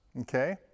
Okay